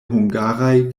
hungaraj